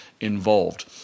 involved